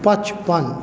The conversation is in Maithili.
पचपन